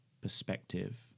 perspective